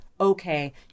okay